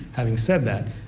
having said that,